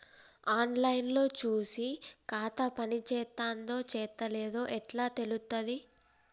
On line లో చూసి ఖాతా పనిచేత్తందో చేత్తలేదో ఎట్లా తెలుత్తది?